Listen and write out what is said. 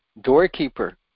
doorkeeper